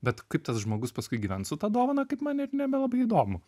bet kaip tas žmogus paskui gyvens su ta dovana kaip man ir nebelabai įdomu